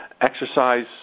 exercise